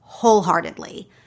wholeheartedly